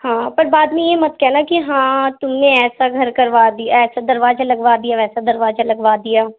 ہاں پر بعد میں یہ مت کہنا کہ ہاں تم نے ایسا گھر کروا دیا ایسا دروازہ لگوا دیا ویسا دروازے لگوا دیا